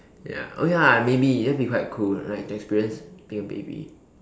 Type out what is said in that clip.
ya oh ya maybe that will be quite cool right to experience being a baby